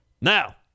Now